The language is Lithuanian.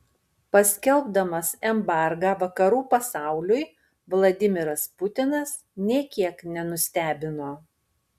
paskelbdamas embargą vakarų pasauliui vladimiras putinas nė kiek nenustebino